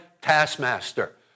taskmaster